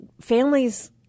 families